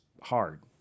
hard